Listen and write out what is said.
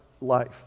life